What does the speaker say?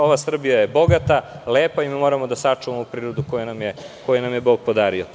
Ova Srbija je bogata, lepa i moramo da sačuvamo prirodu koju nam je Bog podario.